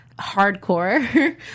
hardcore